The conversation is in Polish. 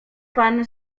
pan